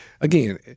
Again